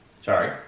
Sorry